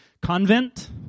convent